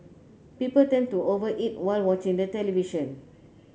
people tend to over eat while watching the television